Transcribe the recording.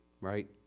right